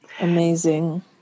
Amazing